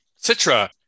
Citra